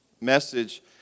message